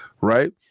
Right